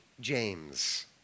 James